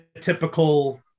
typical